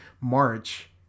March